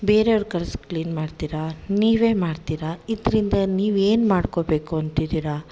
ಬೇರೆಯವ್ರ ಕರೆಸ್ಬಿಟ್ಟು ಕ್ಲೀನ್ ಮಾಡ್ತೀರಾ ನೀವೇ ಮಾಡ್ತೀರಾ ಇದರಿಂದ ನೀವೇನು ಮಾಡ್ಕೊಬೇಕು ಅಂತಿದೀರಾ